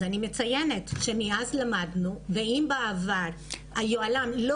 אז אני שוב מציינת שמאז למדנו ואם בעבר היוהל"מ לא